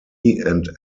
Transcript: designed